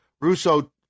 Russo